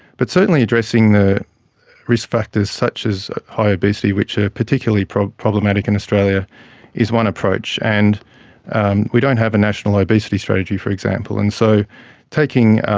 but certainly addressing the risk factors such as high obesity which are particularly problematic in australia is one approach, and and we don't have a national obesity strategy, for example. and so taking